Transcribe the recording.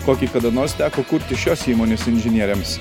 kokį kada nors teko kurti šios įmonės inžinieriams